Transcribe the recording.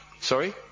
sorry